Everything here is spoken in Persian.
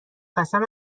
قسم